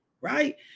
right